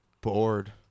bored